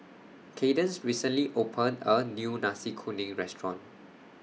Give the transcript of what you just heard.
Kaydence recently opened A New Nasi Kuning Restaurant